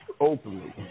openly